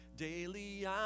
Daily